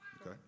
Okay